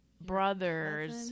brothers